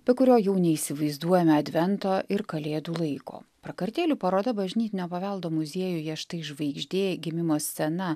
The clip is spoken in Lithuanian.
be kurio jau neįsivaizduojame advento ir kalėdų laiko prakartėlių paroda bažnytinio paveldo muziejuje štai žvaigždė gimimo scena